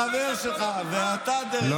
החבר שלך ואתה, דרך אגב.